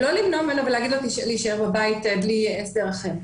לא למנוע ממנו ולומר לו להישאר בבית בלי הסדר אחר.